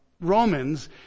Romans